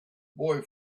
boy